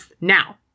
Now